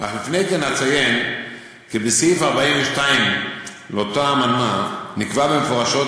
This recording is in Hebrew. אך לפני כן אציין כי בסעיף 42 לאותה אמנה נקבע מפורשות,